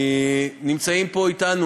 נמצאים פה אתנו